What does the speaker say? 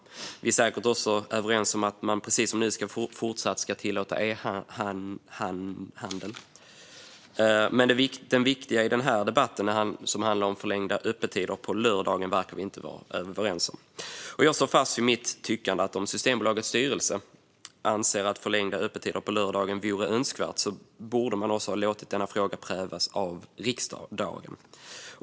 Vi är säkert också överens om att man precis som nu ska fortsätta tillåta e-handel. Men det viktiga i den här debatten, som handlar om förlängda öppettider på lördagar, verkar vi inte vara överens om. Jag står fast vid mitt tyckande - om Systembolagets styrelse anser att förlängda öppettider på lördagar vore önskvärt borde man låta denna fråga prövas av riksdagen.